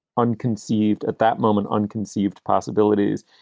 unconcealed at that moment, unconcealed possibilities.